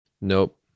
Nope